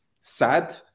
sad